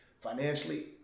financially